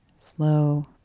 Slow